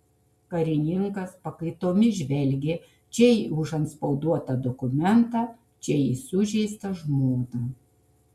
karininkas pakaitomis žvelgė čia į užantspauduotą dokumentą čia į sužeistą žmoną